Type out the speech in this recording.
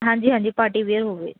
ਹਾਂਜੀ ਹਾਂਜੀ party wear ਹੋਵੇ